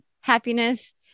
happiness